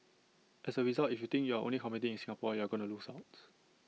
as A result if you think you're only competing in Singapore you're going to lose out